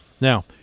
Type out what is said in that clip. now